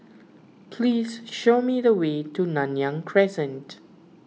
please show me the way to Nanyang Crescent